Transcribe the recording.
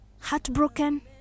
Heartbroken